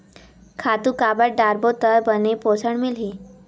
खातु काबर डारबो त बने पोषण मिलही?